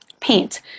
paint